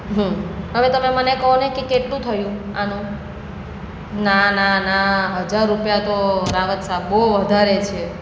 હમ હવે તમે મને કહો ને કે કેટલું થયું આનું ના ના ના હજાર રૂપિયા તો રાવત સાબ બહુ વધારે છે